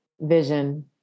vision